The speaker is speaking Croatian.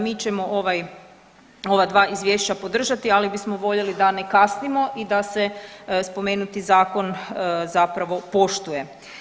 Mi ćemo ovaj, ova dva izvješća podržati ali bismo voljeli da ne kasnimo i da se spomenuti zakon zapravo poštuje.